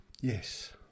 Yes